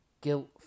guilt